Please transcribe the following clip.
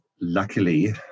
luckily